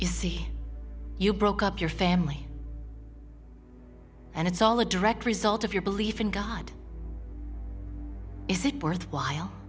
why see you broke up your family and it's all a direct result of your belief in god is it worthwhile